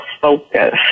focus